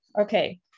Okay